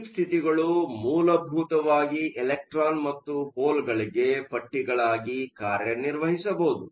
deep ಸ್ಥಿತಿಗಳು ಮೂಲಭೂತವಾಗಿ electron ಮತ್ತು ಹೋಲ್ಗಳಿಗೆ ಪಟ್ಟಿಗಳಾಗಿ ಕಾರ್ಯನಿರ್ವಹಿಸಬಹುದು